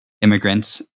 immigrants